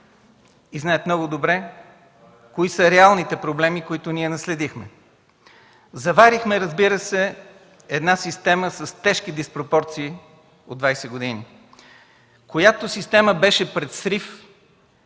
и знаят много добре кои са реалните проблеми, които ние наследихме. Заварихме, разбира се, една система с тежки диспропорции от 20 години, която система беше пред срив